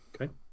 Okay